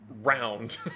round